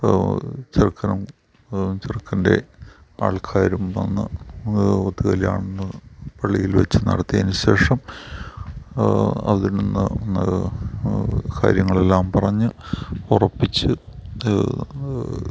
ചെറുക്കനും ചെറുക്കൻ്റെ ആൾക്കാരും വന്ന് ഒത്ത് കല്യാണം പള്ളിയിൽ വെച്ച് നടത്തിയതിന് ശേഷം അതിൽ നിന്ന് കാര്യങ്ങളെല്ലാം പറഞ്ഞ് ഉറപ്പിച്ച്